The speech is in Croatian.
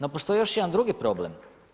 No, postoji još jedan drugi problem.